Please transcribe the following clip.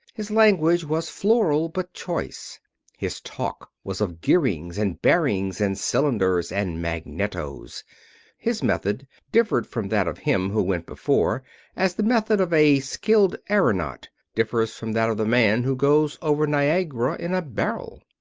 his language was floral, but choice his talk was of gearings and bearings and cylinders and magnetos his method differed from that of him who went before as the method of a skilled aeronaut differs from that of the man who goes over niagara in a barrel.